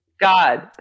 God